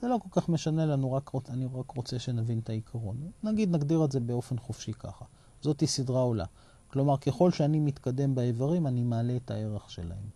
זה לא כל כך משנה לנו, אני רק רוצה שנבין את העיקרון. נגיד נגדיר את זה באופן חופשי ככה. זאתי סדרה עולה. כלומר ככל שאני מתקדם באיברים, אני מעלה את הערך שלהם.